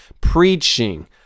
preaching